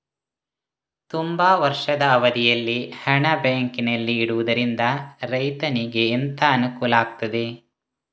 ತುಂಬಾ ವರ್ಷದ ಅವಧಿಯಲ್ಲಿ ಹಣ ಬ್ಯಾಂಕಿನಲ್ಲಿ ಇಡುವುದರಿಂದ ರೈತನಿಗೆ ಎಂತ ಅನುಕೂಲ ಆಗ್ತದೆ?